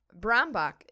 Brambach